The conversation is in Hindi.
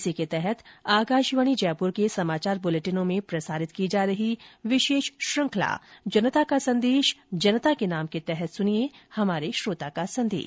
इसी के तहत आकाशवाणी जयपुर के समाचार बुलेटिनों में प्रसारित की जा रही विशेष श्रृखंला जनता का संदेश जनता के नाम के तहत सुनिये हमारे श्रोता का संदेश